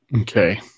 Okay